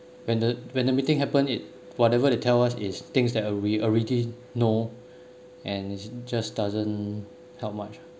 when the when the meeting happen it whatever they tell us is things that uh we already know and just doesn't help much lah